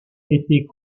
étaient